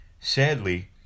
Sadly